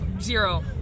zero